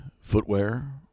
footwear